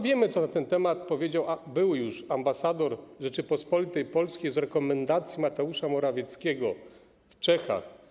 Wiemy, co na ten temat powiedział były już ambasador Rzeczypospolitej Polskiej z rekomendacji Mateusza Morawieckiego w Czechach.